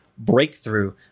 breakthrough